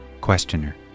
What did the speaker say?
Questioner